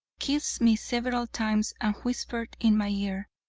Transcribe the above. kissed me several times, and whispered in my ear,